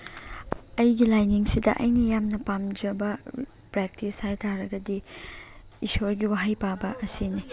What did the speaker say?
ꯑꯩꯒꯤ ꯂꯥꯏꯅꯤꯡꯁꯤꯗ ꯑꯩꯅ ꯌꯥꯝꯅ ꯄꯥꯝꯖꯕ ꯄ꯭ꯔꯦꯛꯇꯤꯁ ꯍꯥꯏꯇꯔꯒꯗꯤ ꯏꯁꯣꯔꯒꯤ ꯋꯥꯍꯩ ꯄꯥꯕ ꯑꯁꯤꯅꯤ